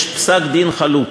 יש פסק-דין חלוט